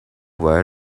were